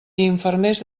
infermers